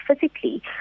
physically